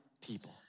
people